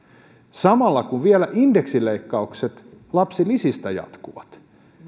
samalla kun vielä indeksileikkaukset lapsilisistä jatkuvat